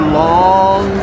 long